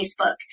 Facebook